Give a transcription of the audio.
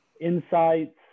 insights